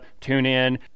TuneIn